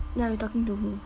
ya you talking to who